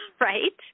Right